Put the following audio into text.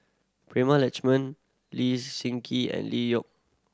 Prema Letchumanan Lee Seng Gee and Lee Yock